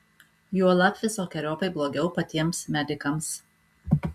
juolab visokeriopai blogiau patiems medikams